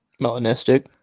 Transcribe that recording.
melanistic